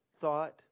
thought